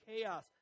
chaos